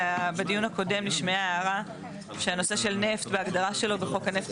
בדיון הקודם נשמעה הערה שבנושא של נפט וההגדרה שלו בחוק הנפט,